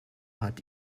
hat